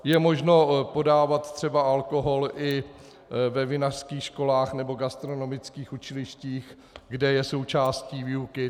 Je možno podávat třeba alkohol i ve vinařských školách, nebo gastronomických učilištích, kde je součástí výuky.